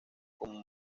como